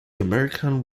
american